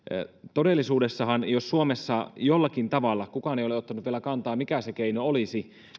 todellisuudessahan jos suomessa jollakin tavalla kukaan ei ole ottanut vielä kantaa mikä se keino olisi